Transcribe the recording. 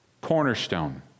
cornerstone